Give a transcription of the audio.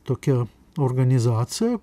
tokia organizacija